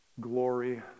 Glory